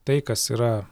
tai kas yra